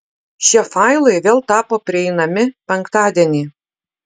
šie failai vėl tapo prieinami penktadienį